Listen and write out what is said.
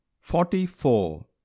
Forty-four